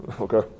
Okay